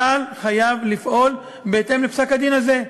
צה"ל חייב לפעול בהתאם לפסק-הדין הזה.